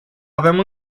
avem